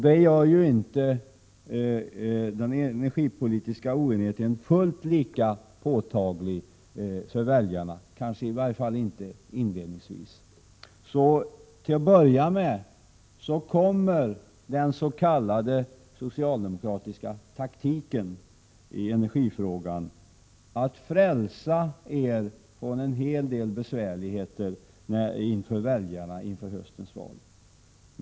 Det gör att den energipolitiska oenigheten inte blir fullt lika påtaglig för väljarna, i varje fall inte inledningsvis. Den socialdemokratiska s.k. taktiken i energifrågan kommer till att börja med att frälsa er från en hel del besvärligheter inför väljarna i höstens val.